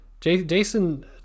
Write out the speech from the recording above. Jason